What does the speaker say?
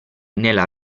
nella